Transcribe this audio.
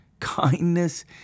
Kindness